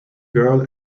girl